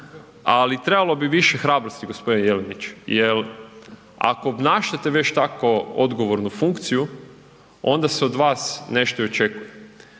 ali trebalo bi više hrabrosti gospodine Jelenić jer ako obnašate već tako odgovornu funkciju onda se od vas nešto i očekuje.